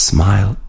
Smile